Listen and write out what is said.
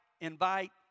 invite